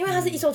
mm